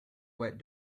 wet